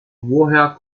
woher